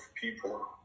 people